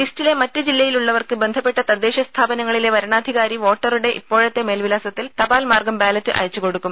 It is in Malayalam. ലിസ്റ്റിലെ മറ്റ് ജില്ലയിലുള്ളവർക്ക് ബന്ധപ്പെട്ട തദ്ദേശ സ്ഥാപനങ്ങളിലെ വരണാധികാരി വോട്ടറുടെ ഇപ്പോഴത്തെ മേൽവിലാസത്തിൽ തപാൽ മാർഗം ബാലറ്റ് അയച്ചുകൊടുക്കും